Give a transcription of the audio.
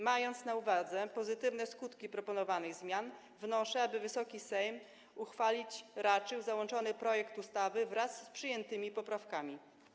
Mając na uwadze pozytywne skutki proponowanych zmian, wnoszę, aby Wysoki Sejm uchwalić raczył załączony projekt ustawy wraz z przyjętymi poprawkami.